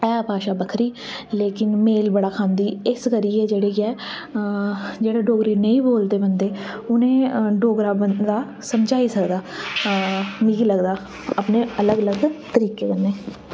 ऐ भाशा बक्खरी लेकिन मेल बड़ा खंदी इस करियै जेह्ड़ी ऐ जेह्ड़ा डोगरी नेईं बोलदे बंदे उनें डोगरा बंदा समझाई सकदा मिगी लगदा अपने अलग अलग तरीके कन्नै